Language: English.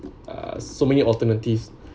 uh so many alternatives